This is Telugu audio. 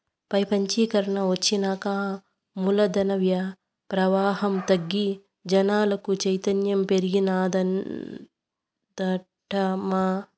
పెపంచీకరన ఒచ్చినాక మూలధన ప్రవాహం తగ్గి జనాలకు చైతన్యం పెరిగినాదటమ్మా